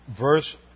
verse